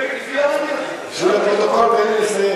בשביל הפרוטוקול, תן לי לסיים.